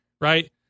Right